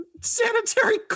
sanitary